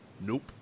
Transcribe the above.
Nope